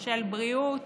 של בריאות,